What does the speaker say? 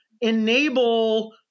enable